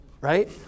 right